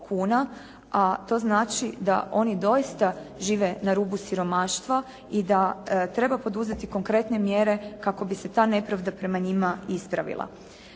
a to znači da oni doista žive na rubu siromaštva i da treba poduzeti konkretne mjere kako bi se ta nepravda prema njima ispravila.